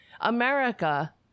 America